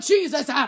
Jesus